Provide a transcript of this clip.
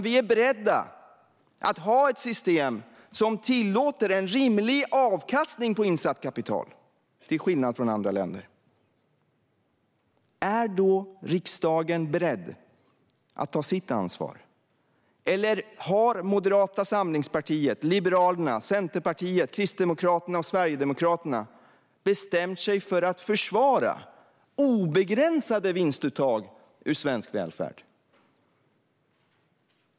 Vi är beredda att ha ett system som tillåter en rimlig avkastning på insatt kapital, till skillnad från i andra länder. Är då riksdagen beredd att ta sitt ansvar? Eller har Moderata samlingspartiet, Liberalerna, Centerpartiet, Kristdemokraterna och Sverigedemokraterna bestämt sig för att försvara obegränsade vinstuttag ur svensk välfärd?